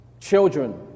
Children